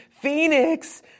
Phoenix